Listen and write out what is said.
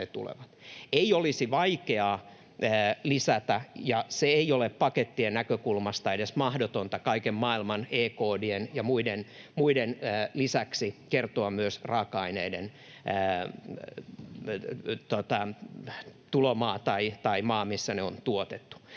ei olisi vaikeaa lisätä, ja se ei ole pakettien näkökulmasta edes mahdotonta kaiken maailman E-koodien ja muiden lisäksi kertoa myös raaka-aineiden tulomaa tai maa, missä ne on tuotettu.